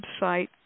website